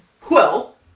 Quill